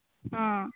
ହଁ